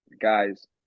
Guys